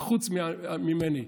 חוץ ממני,